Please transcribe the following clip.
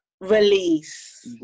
Release